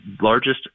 largest